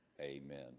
amen